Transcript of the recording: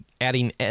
adding